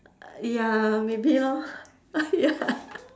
ya maybe lor ya